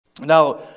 Now